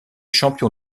champion